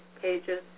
pages